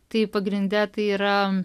tai pagrinde tai yra